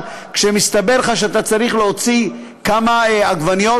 כשמסתבר לך שאתה צריך להוציא כמה עגבנות,